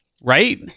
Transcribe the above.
right